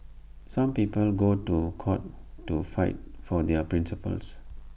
some people go to court to fight for their principles